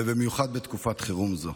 ובמיוחד בתקופת חירום זו.